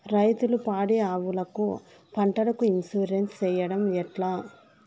రైతులు పాడి ఆవులకు, పంటలకు, ఇన్సూరెన్సు సేయడం ఎట్లా?